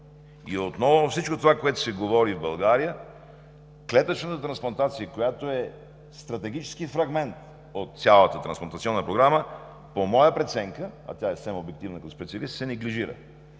и отново всичко това, което се говори в България, клетъчната трансплантация, която е стратегически фрагмент от цялата Трансплантационна програма по моя преценка, а тя е съвсем обективна като специалист, се неглижира.